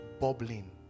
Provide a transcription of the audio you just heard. bubbling